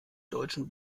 deutschen